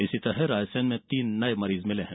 इसी तरह रायसेन में तीन नए मरीज मिले हैं